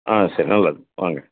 ஆ சே நல்லது வாங்க